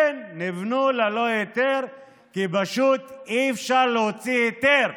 כן, ניבנו ללא היתר, כי פשוט אי-אפשר להוציא היתר.